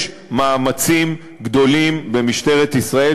יש מאמצים גדולים במשטרת ישראל,